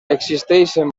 existeixen